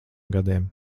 gadiem